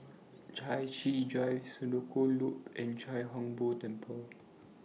Chai Chee Drive Senoko Loop and Chia Hung Boo Temple